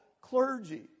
clergy